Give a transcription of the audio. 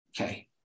Okay